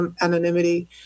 anonymity